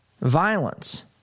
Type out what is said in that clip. Violence